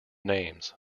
names